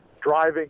driving